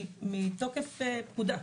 מתוקף פקודה,